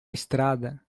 estrada